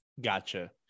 Gotcha